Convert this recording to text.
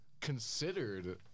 considered